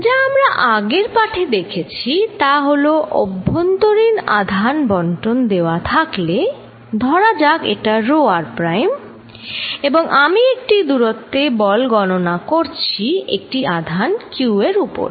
যা আমরা আগের পাঠে দেখেছি তা হল অম্ভ্যন্তরীণ আধান বন্টন দেওয়া থাকলে ধরা যাক এটা rho r প্রাইম এবং আমি একটি দূরত্বে বল গণনা করছি একটি আধান q এর উপর